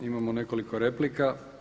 Imao nekoliko replika.